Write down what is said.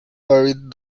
varied